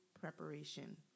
preparation